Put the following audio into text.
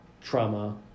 trauma